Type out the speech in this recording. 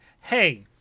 Hey